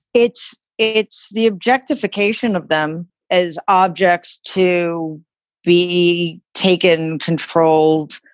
it's it's the objectification of them as objects to be taken controlled.